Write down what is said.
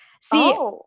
see